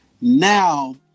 Now